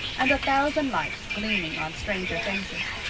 and a thousand lights gleaming on stranger faces.